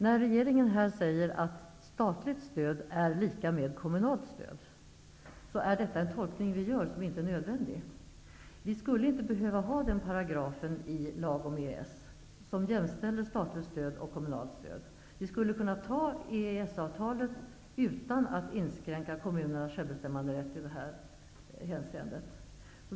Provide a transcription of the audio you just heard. När regeringen här säger att statligt stöd är lika med kommunalt stöd, är det en tolkning som vi gör som inte är nödvändig. Vi skulle inte behöva ha paragrafen, som jämställer statligt stöd med kommunalt stöd, i lag om EES. Vi skulle kunna anta EES-avtalet utan att inskränka kommunernas självbestämmanderätt i det här hänseendet.